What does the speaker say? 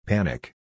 Panic